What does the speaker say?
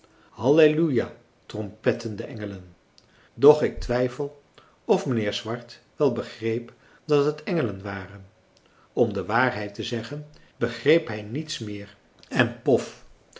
halleluja trompetten de engelen doch ik twijfel of mijnheer swart wel begreep dat het engelen waren om de waarheid te zeggen begreep hij niets meer en pof